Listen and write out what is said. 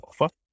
offer